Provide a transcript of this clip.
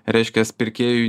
reiškias pirkėjui